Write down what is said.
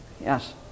Yes